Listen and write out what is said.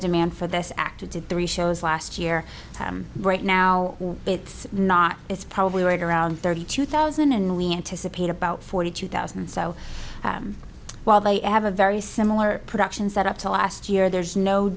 demand for this act to do three shows last year right now it's not it's probably right around thirty two thousand and we anticipate about forty two thousand so while they have a very similar production set up to last year there's no